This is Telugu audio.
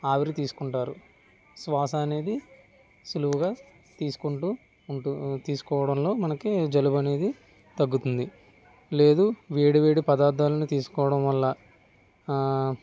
ఆవిరి తీసుకుంటారు శ్వాస అనేది సులువుగా తీసుకుంటూ ఉంటూ తీసుకోవడంలో మనకి జలుబు అనేది తగ్గుతుంది లేదు వేడివేడి పదార్థాలని తీసుకోవడం వల్ల